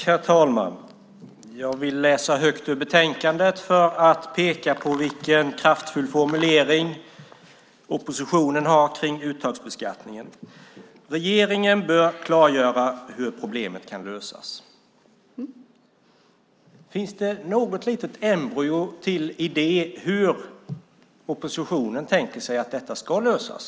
Herr talman! Jag vill läsa högt ur betänkandet för att peka på vilken kraftfull formulering oppositionen har om uttagsbeskattningen: Regeringen bör klargöra hur problemet kan lösas. Finns det något litet embryo till idé om hur oppositionen tänker sig att detta ska lösas?